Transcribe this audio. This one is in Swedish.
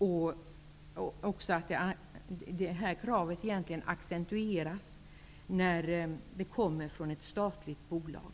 Borde inte kravet accentueras när informationen kommer från ett statligt bolag?